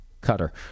cutter